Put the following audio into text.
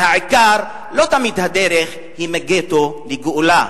והעיקר, לא תמיד הדרך היא מגטו לגאולה.